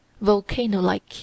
Volcano-like